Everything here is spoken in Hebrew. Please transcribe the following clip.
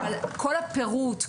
אבל כל הפירוט,